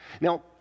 Now